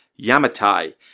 Yamatai